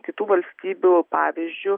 kitų valstybių pavyzdžiu